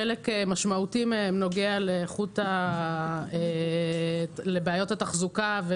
חלק ניכר מהן נוגעות לבעיות התחזוקה,